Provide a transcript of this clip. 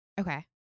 Okay